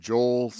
Joel